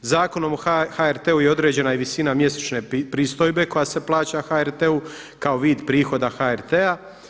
Zakonom o HRT-u je određena i visina mjesečne pristojbe koja se plaća HRT-u kao vid prihoda HRT-a.